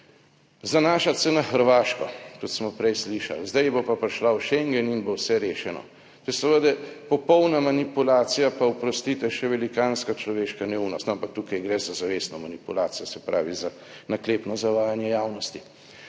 Zanašati se na Hrvaško, kot smo prej slišali. Zdaj bo pa prišla v Schengen in bo vse rešeno. To je seveda popolna manipulacija, pa oprostite, še velikanska človeška neumnost, ampak tukaj gre za zavestno manipulacijo, se pravi, za naklepno zavajanje javnosti,